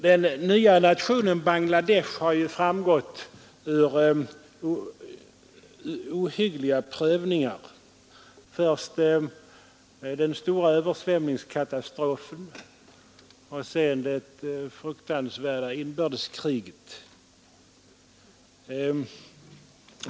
Den nya nationen Bangladesh har ju vuxit fram under ohyggliga prövningar, först den stora översvämningskatastrofen och sedan det fruktansvärda inbördeskriget.